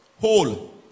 Whole